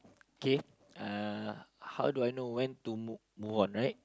okay uh how do I know when to when to move move on right